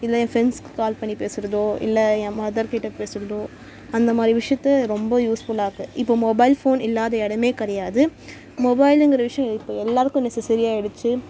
இல்லை என் ஃப்ரெண்ட்ஸுக்கு கால் பண்ணி பேசுகிறதோ இல்லை என் மதர் கிட்டே பேசுகிறதோ அந்த மாதிரி விஷயத்தில் ரொம்ப யூஸ்ஃபுல்லாக இருக்குது இப்போ மொபைல் ஃபோன் இல்லாத இடமே கிடையாது மொபைலுங்கிற விஷயம் இப்போ எல்லோருக்கும் நெசஸரியாக ஆகிடுச்சி